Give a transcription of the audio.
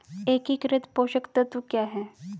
एकीकृत पोषक तत्व क्या है?